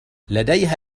لديها